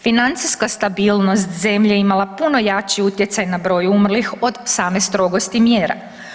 Financijska stabilnost zemlje je imala puno jači utjecaj na broj umrlih od same strogosti mjera.